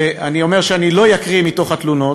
ואני אומר שאני לא אקריא מתוך התלונות,